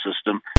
system